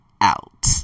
out